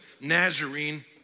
Nazarene